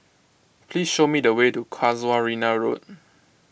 please show me the way to Casuarina Road